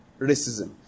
racism